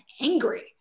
angry